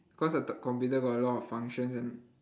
cause I thought computer got a lot of functions and